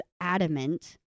adamant